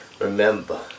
Remember